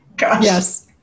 Yes